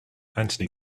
anthony